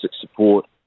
support